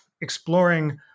exploring